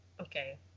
Okay